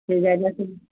ସେ ଜାଗା ସବୁ